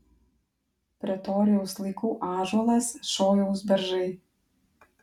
pretorijaus laikų ąžuolas šojaus beržai